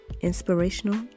Inspirational